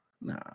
Nah